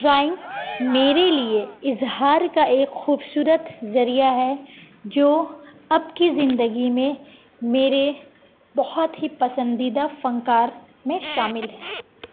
drawing میرے لیے اظہار کا ایک خوبصورت ذریعہ ہے جو اب کی زندگی میں میرے بہت ہی پسندیدہ فنکار میں شامل ہے